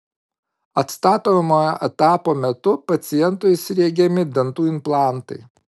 atstatomojo etapo metu pacientui sriegiami dantų implantai